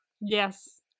Yes